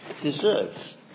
deserves